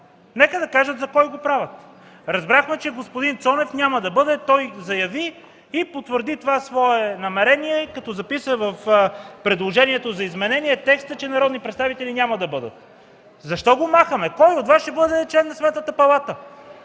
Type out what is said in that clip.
Нека да кажат за кого го правят. Разбрахме, че господин Цонев няма да бъде. Той заяви и потвърди това свое намерение, като записа в предложението за изменение текста, че народни представители няма да бъдат. Защо го махаме? Кой от Вас ще стане член на Сметната палата?